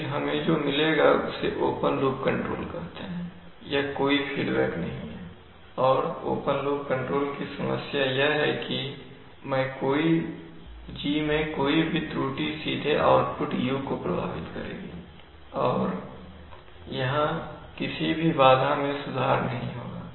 फिर हमें जो मिलेगा उसे ओपन लूप कंट्रोल कहते हैं यह कोई फीडबैक नहीं है और ओपन लूप कंट्रोल की समस्या यह है कि G मैं कोई भी त्रुटि सीधे आउटपुट y को प्रभावित करेगी और यहां किसी भी बाधा में सुधार नहीं होगा